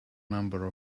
number